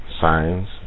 signs